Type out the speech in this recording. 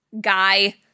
guy